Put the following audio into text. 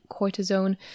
cortisone